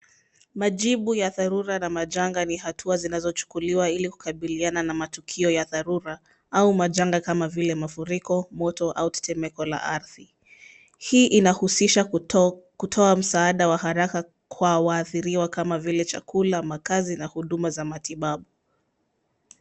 Majibu ya dharura na majanga ni hatua zinazochukuliwa ili kukabiliana na matukio ya dharura au majanga kama vile, mafuriko, moto, au tetemeko la ardhi. Hii inahusisha kutoa msaada wa haraka kwa waathiriwa, kama vile, chakula, makazi, na huduma za matibabu.